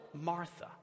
Martha